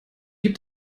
gibt